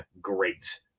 great